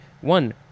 one